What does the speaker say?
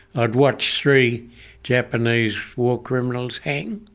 i'd watched three japanese war criminals hang,